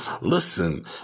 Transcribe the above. Listen